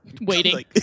waiting